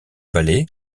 vallée